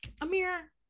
Amir